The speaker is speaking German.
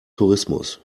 tourismus